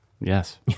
Yes